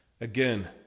Again